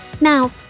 Now